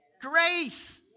grace